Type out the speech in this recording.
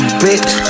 bitch